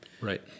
right